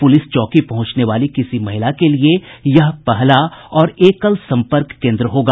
police चौकी पहुंचने वाली किसी महिला के लिए यह पहला और एकल संपर्क केन्द्र होगा